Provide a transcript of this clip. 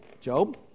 Job